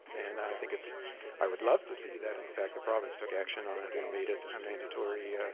and i think it's i would love to see that in fact the province took action on it and made it a mandatory